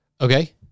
Okay